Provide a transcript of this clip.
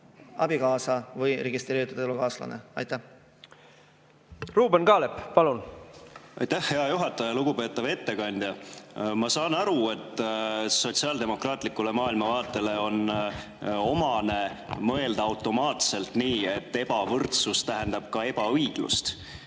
abikaasa või registreeritud elukaaslane. Ruuben Kaalep, palun! Ruuben Kaalep, palun! Aitäh, hea juhataja! Lugupeetav ettekandja! Ma saan aru, et sotsiaaldemokraatlikule maailmavaatele on omane mõelda automaatselt nii, et ebavõrdsus tähendab ka ebaõiglust.